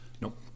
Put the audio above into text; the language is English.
Nope